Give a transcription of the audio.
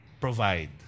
provide